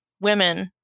women